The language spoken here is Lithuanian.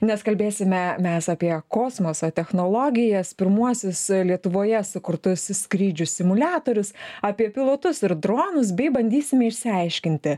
nes kalbėsime mes apie kosmoso technologijas pirmuosius lietuvoje sukurtus skrydžių simuliatorius apie pilotus ir dronus bei bandysime išsiaiškinti